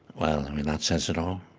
well, i mean, that says it all,